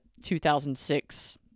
2006